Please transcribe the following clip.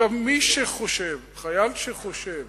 חייל שחושב